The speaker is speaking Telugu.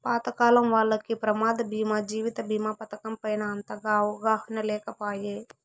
పాతకాలం వాల్లకి ప్రమాద బీమా జీవిత బీమా పతకం పైన అంతగా అవగాహన లేకపాయె